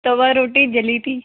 तवा रोटी जली थी